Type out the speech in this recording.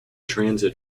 transit